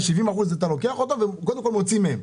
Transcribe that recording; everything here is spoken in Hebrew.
את ה-70% אתה לוקח וקודם כל מוציא מהם.